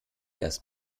erst